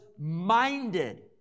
minded